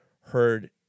heard